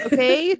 Okay